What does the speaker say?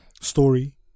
story